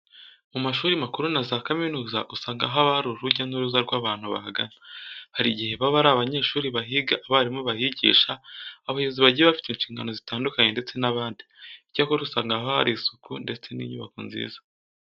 Mu mashuri makuru na za kaminuza usanga haba hari urujya n'uruza rw'abantu bahagana. Hari igihe baba ari abanyeshuri bahiga, abarimu bahigisha, abayobozi bagiye bafite inshingano zitandukanye ndetse n'abandi. Icyakora usanga haba hari isuku ndetse n'inyubako nziza.